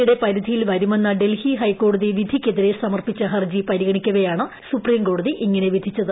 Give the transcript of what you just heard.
യുടെ പരിധിയിൽ വരുമെന്ന ഡൽഹി ഹൈക്കോടതി വിധിക്കെതിരെ സമർപ്പിച്ച ഹർജി പരിഗണിക്കവെയാണ് സുപ്രീംകോടതി ഇങ്ങനെ വിധിച്ചത്